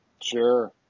Sure